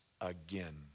again